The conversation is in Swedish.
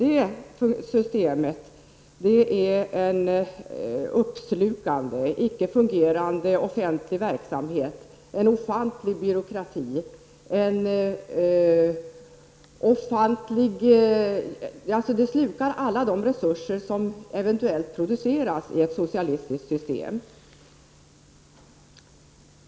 Ett sådant system innebär en uppslukande, icke-fungerande offentlig verksamhet och en ofantlig byråkrati. Det slukar alla resurser som eventuellt produceras i ett socialistiskt system.